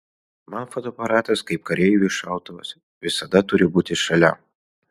man fotoaparatas kaip kareiviui šautuvas visada turi būti šalia